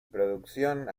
producción